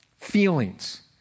feelings